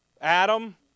Adam